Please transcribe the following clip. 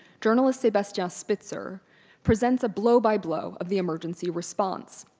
journalist sebastian spitzer presents a blow by blow of the emergency response.